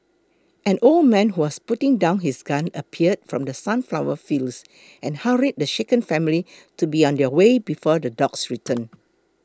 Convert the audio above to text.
an old man who was putting down his gun appeared from the sunflower fields and hurried the shaken family to be on their way before the dogs return